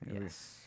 Yes